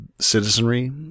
citizenry